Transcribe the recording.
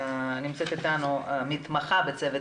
נמצאת איתנו מתמחה בייעוץ המשפטי של צוות